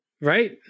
right